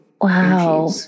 wow